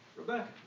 Rebecca